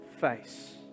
face